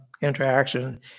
interaction